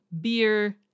beer